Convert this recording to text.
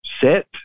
sit